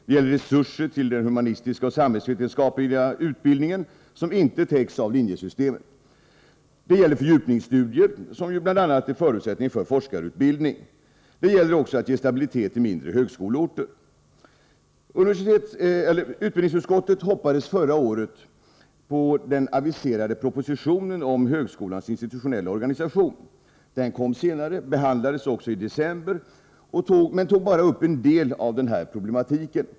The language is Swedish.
Det gäller resurser till den humanistiska och samhällsvetenskapliga utbildningen, som inte täcks av linjesystemet. Det gäller fördjupningsstudier, som ju bl.a. är förutsättning för forskarutbildning. Det gäller också att ge stabilitet i mindre högskoleorter. Utbildningsutskottet hoppades förra året på den aviserade propositionen om högskolans institutionella organisation. Den kom senare, och den behandlades i december, men den tog bara upp en del av den här problematiken.